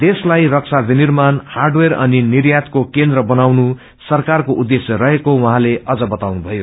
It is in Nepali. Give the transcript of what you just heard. देशलाई रक्षा विनिर्माण र्हाडवेयर अनि निर्याताके केन्द्र बनाउनु सरकारको उद्देश्य रहेको उहाँले अझ बताउनुभयो